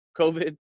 COVID